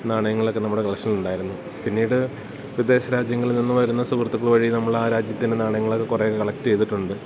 നാണയങ്ങളൊക്കെ നമ്മടെ കളക്ഷനിലുണ്ടായിരുന്നു പിന്നീട് വിദേശ രാജ്യങ്ങളിൽനിന്ന് വരുന്ന സുഹൃത്തുക്കള് വഴി നമ്മളാ രാജ്യത്തിൻ്റെ നാണയങ്ങളൊക്കെ കുറേ കളക്റ്റെയ്തിട്ടുണ്ട്